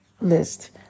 list